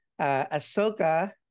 Ahsoka